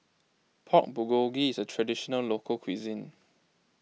Pork Bulgogi is a Traditional Local Cuisine